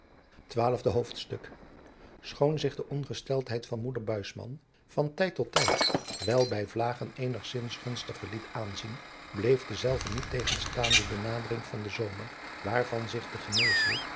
twaalfde hoofdstuk schoon zich de ongesteldheid van moeder buisman van tijd tot tijd wel bij vlagen eenigzins gunstiger liet aanzien bleef dezelve niettegenstaande de nadering van den zomer waarvan zich de